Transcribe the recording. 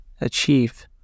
achieve